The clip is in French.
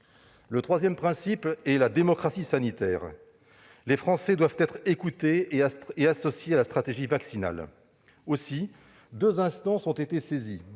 Le troisième principe, c'est la démocratie sanitaire. Les Français doivent être écoutés et associés à la stratégie vaccinale. À cet effet, deux instances ont été saisies